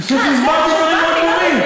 מה, זה, אני חושב שהסברתי, דברים מאוד ברורים.